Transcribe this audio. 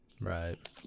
Right